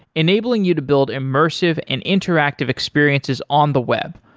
enabling you to build immersive and interactive experiences on the web,